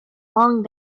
long